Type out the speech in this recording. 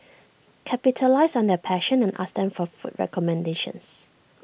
capitalise on their passion and ask them for food recommendations